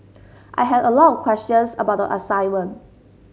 I had a lot of questions about the assignment